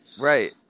Right